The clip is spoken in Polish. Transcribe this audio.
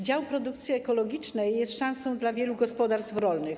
Dział produkcji ekologicznej jest szansą dla wielu gospodarstw rolnych.